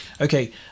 Okay